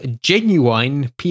genuine